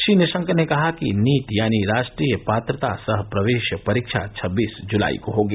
श्री निशंक ने कहा कि नीट यानी राष्ट्रीय पात्रता सह प्रवेश परीक्षा छब्बीस जुलाई को होगी